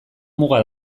muga